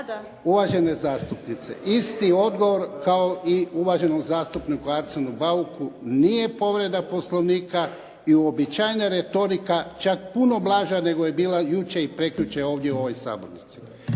Uvažena zastupnice, isti odgovor kao i uvaženom zastupniku Arsenu Bauku. Nije povreda Poslovnika i uobičajena retorika čak puno blaža nego je bila jučer i prekjučer ovdje u ovoj Sabornici.